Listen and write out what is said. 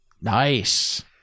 Nice